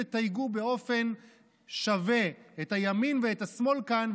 תתייגו באופן שווה את הימין ואת השמאל כאן,